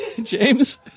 James